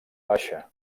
baixa